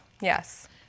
Yes